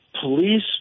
police